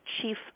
chief